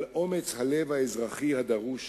על אומץ הלב האזרחי הדרוש